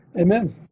Amen